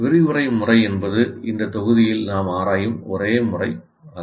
விரிவுரை முறை என்பது இந்த தொகுதியில் நாம் ஆராயும் ஒரே முறை அல்ல